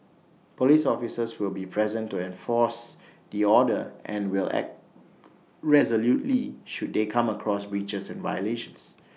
Police officers will be present to enforce the order and will act resolutely should they come across breaches and violations